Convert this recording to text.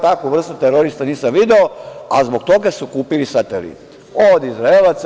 Takvu vrstu terorista nisam video, a zbog toga su kupili satelite od Izraelaca.